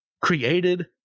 created